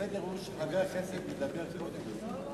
הסדר הוא שחבר הכנסת מדבר קודם לשר.